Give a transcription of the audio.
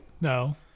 no